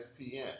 ESPN